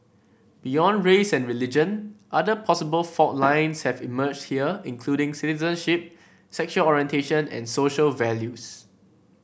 beyond race and religion other possible fault lines have emerged here including citizenship sexual orientation and social values